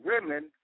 women